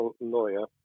lawyer